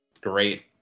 great